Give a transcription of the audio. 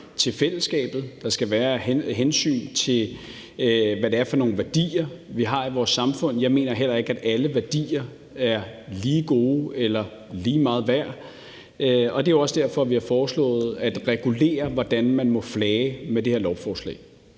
til fællesskabet, og at der skal være hensyn til, hvad det er for nogle værdier, vi har i vores samfund. Jeg mener heller ikke, at alle værdier er lige gode eller lige meget værd. Det er jo også derfor, at vi med det her lovforslag